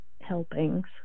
helpings